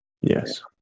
Yes